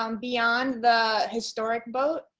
um beyond the historic boat.